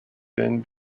then